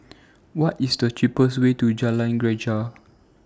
What IS The cheapest Way to Jalan Greja